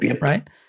right